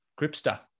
gripster